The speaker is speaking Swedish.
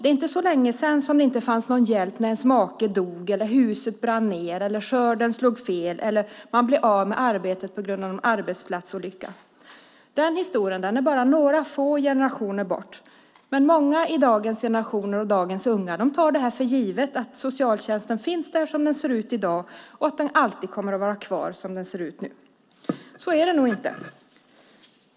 Det är inte så länge sedan som det inte fanns någon hjälp när ens make dog, huset brann ned, skörden slog fel eller man blev av med arbetet på grund av någon arbetsplatsolycka. Den historien är bara några få generationer bort. Men många av dagens unga tar det för givet att socialtjänsten finns där som den ser ut i dag och att den alltid kommer att vara kvar som den ser ut nu. Så är det nog inte.